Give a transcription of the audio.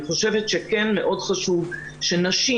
אני חושבת שמאוד חשוב שנשים,